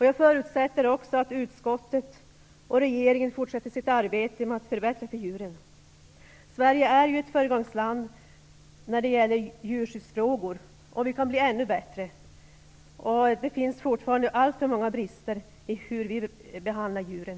Jag förutsätter också att utskottet och regeringen fortsätter sitt arbete med att förbättra förhållandena för djuren. Sverige är ett föregångsland när det gäller djurskyddsfrågor, och vi kan bli ännu bättre. Det finns fortfarande alltför många brister i vår behandling av djuren.